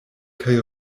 kaj